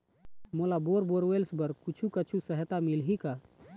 मोला bore borewells बर कुछू कछु सहायता मिलही का?